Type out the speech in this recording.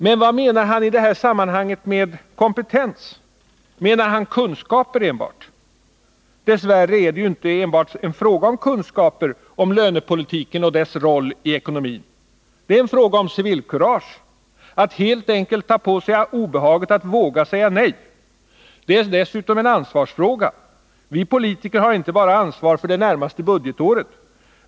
Men vad menar han i det här sammanhanget med kompetens? Menar han kunskaper enbart? Dess värre är det inte enbart en fråga om kunskaper om lönepolitiken och dess roll i ekonomin. Det är en fråga om civilkurage, om att helt. enkelt ta på sig obehaget att våga säga nej. Det är dessutom en ansvarsfråga. Vi politiker har inte bara ansvar för det närmaste budgetåret.